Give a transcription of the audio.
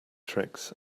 tricks